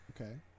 Okay